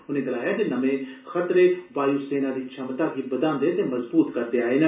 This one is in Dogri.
उनें गलाया जे नमें खतरे वायु सेना दी छमता गी बधांदे ते मजबूत करदे न